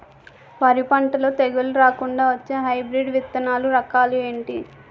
వరి పంటలో తెగుళ్లు రాకుండ వచ్చే హైబ్రిడ్ విత్తనాలు రకాలు ఏంటి?